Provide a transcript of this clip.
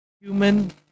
human